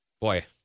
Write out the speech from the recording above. Boy